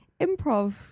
Improv